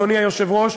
אדוני היושב-ראש,